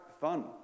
fun